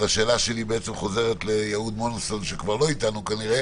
השאלה שלי חוזרת ליהוד-מונוסון שכבר לא איתנו כנראה,